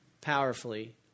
powerfully